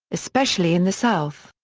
especially in the south.